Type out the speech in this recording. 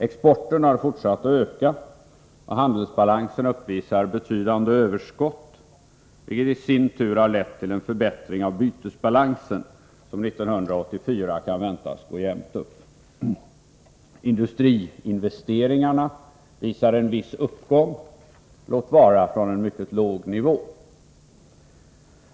Exporten har fortsatt att öka, och handelsbalansen uppvisar betydande överskott, vilket i sin tur har lett till en förbättring av bytesbalansen, som 1984 kan väntas gå jämnt upp. Industriinvesteringarna visar en viss uppgång — låt vara från en mycket låg nivå.